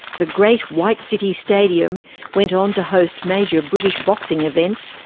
the great white city stadium went on to host major british boxing events,